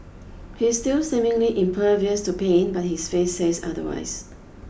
he's still seemingly impervious to pain but his face says otherwise